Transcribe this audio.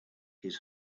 his